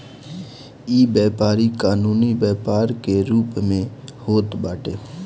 इ व्यापारी कानूनी व्यापार के रूप में होत बाटे